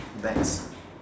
bags ah